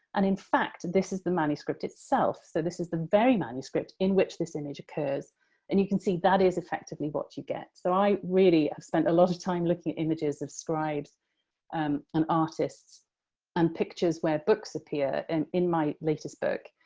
and in fact this is the manuscript itself so this is the very manuscript in which this image occurs and you can see that is effectively what you get. so, i really have spent a lot of time looking at images of scribes um and artists and pictures where books appear, and in my latest book,